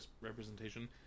representation